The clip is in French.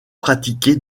pratiquée